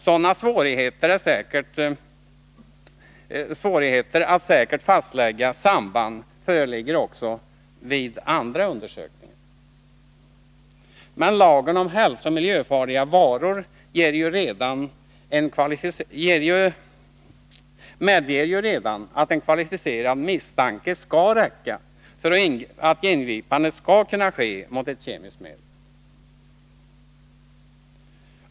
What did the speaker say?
Sådana svårigheter att säkert fastlägga samband föreligger också vid andra undersökningar. Men lagen om hälsooch miljöfarliga varor medger ju att redan en kvalificerad misstanke skall räcka för att ingripande skall kunna ske mot ett kemiskt medel.